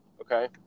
okay